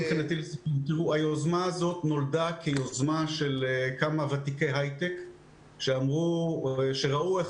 היוזמה הזו נולדה כיוזמה של כמה ותיקי הייטק שראו איך